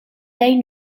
dai